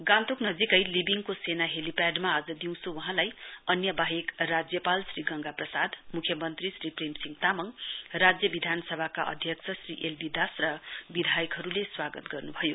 गान्तोक नजीकै लिबिङको सेना हेलीप्याडमा आज दिउँसो वहाँलाई अन्य वाहेक राज्यपाल श्री गंगा प्रसाद मुख्यमनत्री श्री प्रेमसिंह तामङ राज्य विधानसभाका अध्यक्ष श्री एल बी दास र विधायकहरूले स्वागत गर्नुभयो